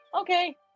Okay